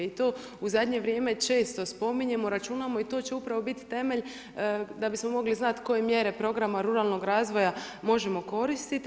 I to u zadnje vrijeme često spominjemo i računamo to će upravo biti temelj da bismo mogli znati koje mjere programa ruralnog razvoja možemo koristiti.